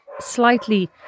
slightly